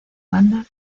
banda